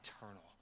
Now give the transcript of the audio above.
eternal